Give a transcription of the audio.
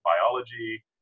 biology